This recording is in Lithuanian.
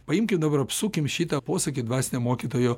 paimkim dabar apsukim šitą posakį dvasinio mokytojo